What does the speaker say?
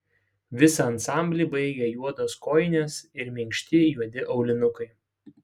visą ansamblį baigė juodos kojinės ir minkšti juodi aulinukai